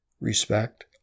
respect